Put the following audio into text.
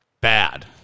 Bad